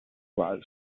was